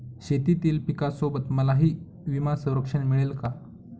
शेतीतील पिकासोबत मलाही विमा संरक्षण मिळेल का?